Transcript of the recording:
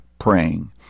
praying